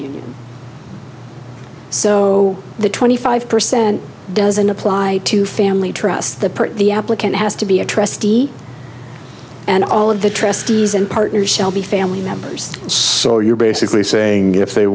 union so the twenty five percent doesn't apply to family trusts the part the applicant has to be a trustee and all of the trustees and partners shall be family members you're basically saying if they